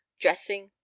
dressing